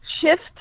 shift